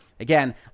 Again